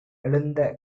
எழுந்த